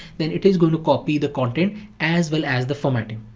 then it is going to copy the content as well as the formatting.